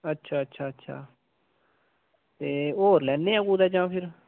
अच्छा अच्छा अच्छा ते होर लैनेआं कुतै जां फिर